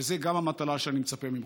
וזו גם המטלה שאני מצפה לה ממך.